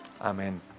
amen